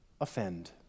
offend